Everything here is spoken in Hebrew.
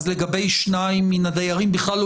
אז לגבי שניים מן הדיירים בכלל לא